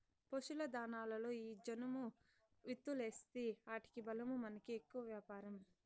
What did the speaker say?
పశుల దాణాలలో ఈ జనుము విత్తూలేస్తీ ఆటికి బలమూ మనకి ఎక్కువ వ్యాపారం